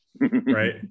Right